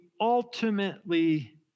ultimately